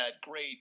great